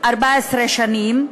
14 שנים,